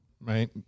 right